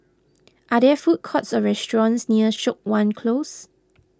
are there food courts or restaurants near Siok Wan Close